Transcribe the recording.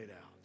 out